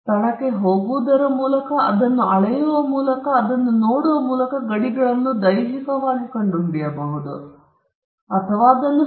ಸ್ಥಳಕ್ಕೆ ಹೋಗುವುದರ ಮೂಲಕ ಅದನ್ನು ಅಳೆಯುವ ಮೂಲಕ ಅಥವಾ ಅದನ್ನು ನೋಡುವ ಮೂಲಕ ಗಡಿಗಳನ್ನು ದೈಹಿಕವಾಗಿ ಕಂಡುಹಿಡಿಯಬಹುದು ಗಡಿಗಳನ್ನು ರಕ್ಷಿಸಿದರೆ ಮತ್ತು ಅದು ಭೂಮಿಗೆ ಏನೆಂದು ಹೆಚ್ಚು ಸ್ಪಷ್ಟವಾದ ನೋಟವನ್ನು ನೀಡುತ್ತದೆ